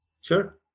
Sure